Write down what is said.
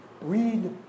read